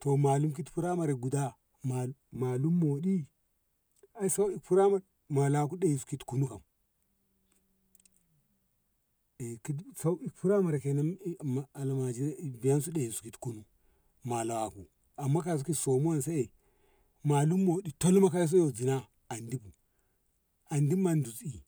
to malu kit primary guda malum moɗi ai ki sauki firamare mala i ki kunu eh sau i ki firamare kenan almajire biyen su eh kiti kunu malawaku amma kauso so mu wanse malum maɗi tal yo makaranta yo zina andi bu andi mondi si